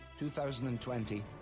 2020